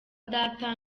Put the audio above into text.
data